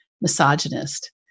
misogynist